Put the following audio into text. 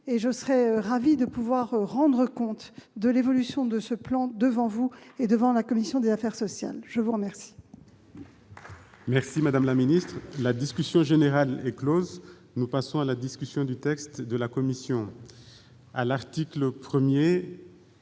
Je serais ravie de pouvoir rendre compte de l'évolution de ce plan devant vous et devant la commission des affaires sociales. La discussion